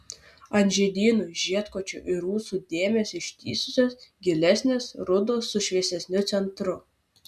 ant žiedynų žiedkočių ir ūsų dėmės ištįsusios gilesnės rudos su šviesesniu centru